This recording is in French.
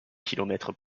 kilomètres